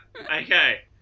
Okay